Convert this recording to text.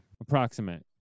Approximate